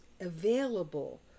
available